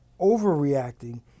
overreacting